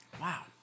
Wow